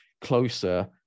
closer